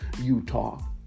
Utah